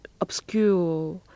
obscure